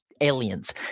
aliens